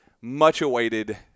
much-awaited